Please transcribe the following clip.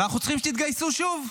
ואנחנו צריכים שתתגייסו שוב.